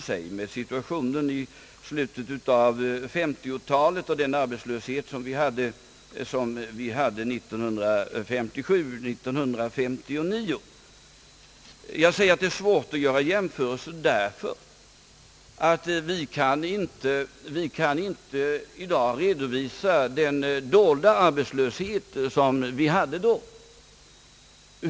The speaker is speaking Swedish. Vi kan t.ex. se på den arbetslöshet som rådde åren 1957 till 1959. Det går inte att i dag redovisa den dolda arbetslöshet som fanns då.